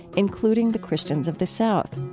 including the christians of the south.